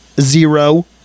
zero